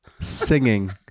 singing